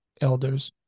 elders